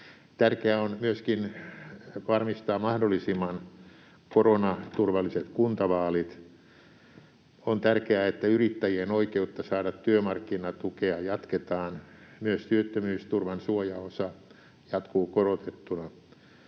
Tärkeää on myöskin varmistaa mahdollisimman koronaturvalliset kuntavaalit. On tärkeää, että yrittäjien oikeutta saada työmarkkinatukea jatketaan. Myös työttömyysturvan suojaosa jatkuu korotettuna.